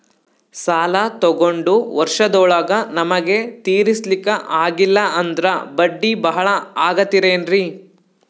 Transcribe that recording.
ಸಾಲ ತೊಗೊಂಡು ವರ್ಷದೋಳಗ ನಮಗೆ ತೀರಿಸ್ಲಿಕಾ ಆಗಿಲ್ಲಾ ಅಂದ್ರ ಬಡ್ಡಿ ಬಹಳಾ ಆಗತಿರೆನ್ರಿ?